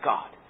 God